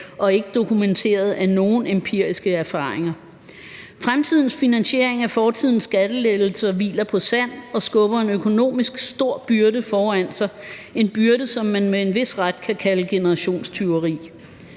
og ikke er dokumenteret af nogen empiriske erfaringer. Fremtidens finansiering af fortidens skattelettelser hviler på sand og skubber en økonomisk stor byrde foran sig – en byrde, som man med en vis ret kan kalde generationstyveri.